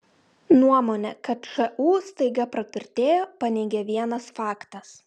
nuomonę kad šu staiga praturtėjo paneigė vienas faktas